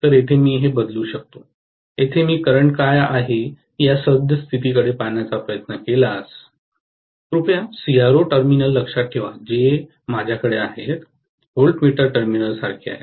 तर येथे मी हे बदलू शकतो येथे मी करंट काय आहे या सद्यस्थितीकडे पाहण्याचा प्रयत्न केल्यास कृपया सीआरओ टर्मिनल लक्षात ठेवा जे माझ्याकडे आहेत व्होल्टमीटर टर्मिनल सारखे आहे